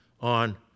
on